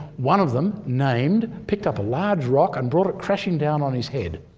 one of them named picked up a large rock and brought it crashing down on his head.